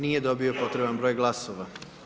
Nije dobio potreban broj glasova.